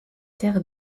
terres